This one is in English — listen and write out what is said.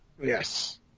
Yes